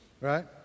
Right